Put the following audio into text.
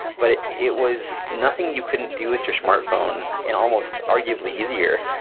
but it it was nothing you couldn't do with your smartphone, and almost arguably easier.